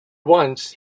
once